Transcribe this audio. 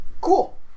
Cool